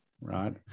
right